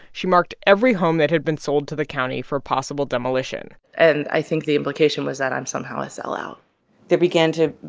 she marked every home that had been sold to the county for possible demolition and i think the implication was that i'm somehow a sellout they began to,